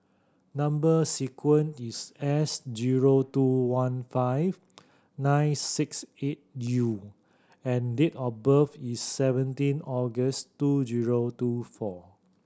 number sequence is S zero two one five nine six eight U and date of birth is seventeen August two zero two four